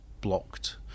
blocked